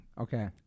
okay